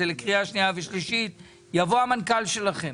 לקריאה שנייה ושלישית יבוא המנכ"ל שלכם